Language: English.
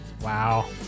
Wow